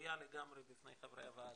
גלויה לגמרי בפני חברי הוועדה.